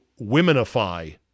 womenify